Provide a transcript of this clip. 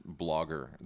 blogger